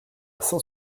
saint